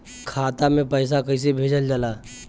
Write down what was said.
खाता में पैसा कैसे भेजल जाला?